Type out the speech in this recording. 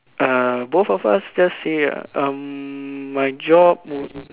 uh both of us just say lah um my job would